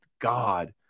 God